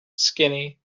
skinny